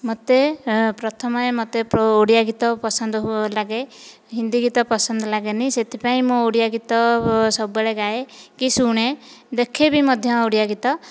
ମୋତେ ପ୍ରଥମେ ମୋତେ ଓଡ଼ିଆ ଗୀତ ପସନ୍ଦ ଲାଗେ ହିନ୍ଦୀ ଗୀତ ପସନ୍ଦ ଲାଗେନି ସେଥିପାଇଁ ମୁଁ ଓଡ଼ିଆ ଗୀତ ସବୁବେଳେ ଗାଏ କି ଶୁଣେ ଦେଖେବି ମଧ୍ୟ ଓଡ଼ିଆ ଗୀତ